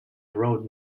road